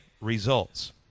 results